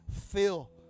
Fill